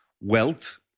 wealth